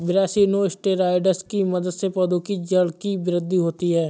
brassinosteroids की मदद से पौधों की जड़ की वृद्धि होती है